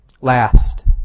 Last